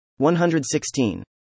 116